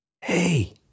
hey